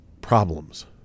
problems